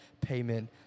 Payment